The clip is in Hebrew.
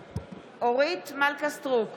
אורית מלכה סטרוק,